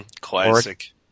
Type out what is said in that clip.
Classic